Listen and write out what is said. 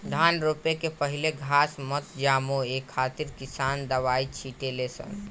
धान रोपे के पहिले घास मत जामो ए खातिर किसान दवाई छिटे ले सन